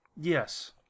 yes